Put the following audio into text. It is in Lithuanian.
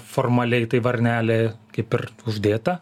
formaliai tai varnelė kaip ir uždėta